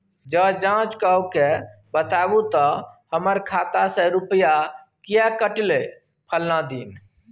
ज जॉंच कअ के बताबू त हमर खाता से रुपिया किये कटले फलना दिन?